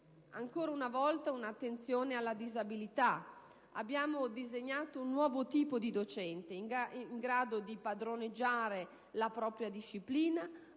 abbiamo rivolto attenzione alla disabilità. Abbiamo disegnato un nuovo tipo di docente, in grado di padroneggiare la propria disciplina,